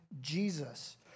Jesus